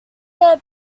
there